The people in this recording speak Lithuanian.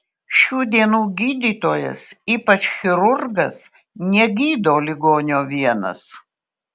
šių dienų gydytojas ypač chirurgas negydo ligonio vienas